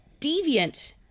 deviant